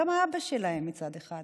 זה גם האבא שלהן מצד אחד,